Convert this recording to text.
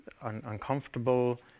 uncomfortable